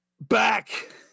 Back